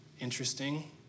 Interesting